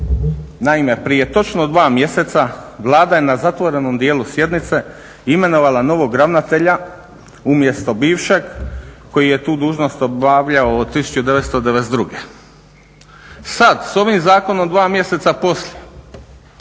Naime, prije točno dva mjeseca Vlada je na zatvorenom dijelu sjednice imenovala novog ravnatelja umjesto bivšeg koji je tu dužnost obavljao od 1992. Sad s ovim zakonom 2 mjeseca poslije